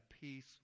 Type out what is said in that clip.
peace